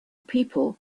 people